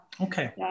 Okay